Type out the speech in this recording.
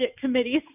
committees